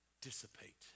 dissipate